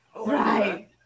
Right